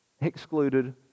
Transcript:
excluded